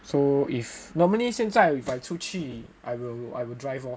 so if normally 现在 if I 出去 I will I will drive lor